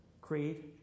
creed